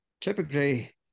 typically